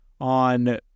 on